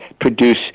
produce